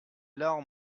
larmes